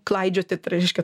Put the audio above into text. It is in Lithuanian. klaidžioti tai reiškia